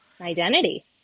identity